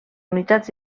unitats